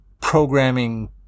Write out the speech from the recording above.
programming